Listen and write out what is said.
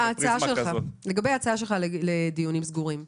לגבי ההצעה שלך לדיונים סגורים.